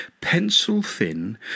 pencil-thin